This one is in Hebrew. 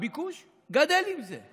הביקוש, גדל עם זה.